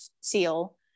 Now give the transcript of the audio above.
seal